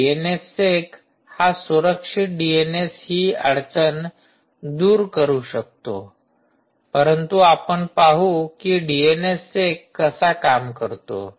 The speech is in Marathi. डीएनएस सेक हा सुरक्षित डीएनएस ही अडचण दूर करू शकतो परंतु आपण पाहू की डीएनएस सेक कसा काम करतो